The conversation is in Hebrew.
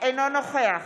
אינו נוכח